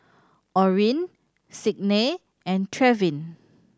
Orin Signe and Trevin